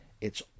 it's